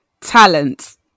Talent